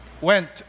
went